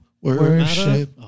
worship